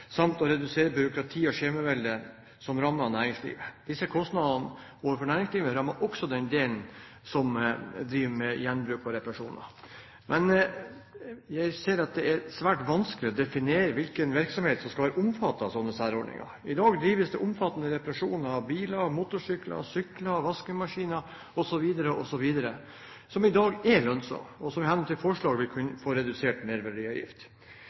samt å redusere byråkrati og skjemavelde som rammer næringslivet. Disse kostnadene overfor næringslivet rammer også den delen som driver med gjenbruk og reparasjoner. Men jeg ser at det er svært vanskelig å definere hvilken virksomhet som skal være omfattet av slike særordninger. I dag drives det omfattende reparasjoner av biler, motorsykler, sykler, vaskemaskiner osv., som i dag er lønnsomme, og som i henhold til forslaget vil kunne få redusert merverdiavgift.